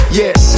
yes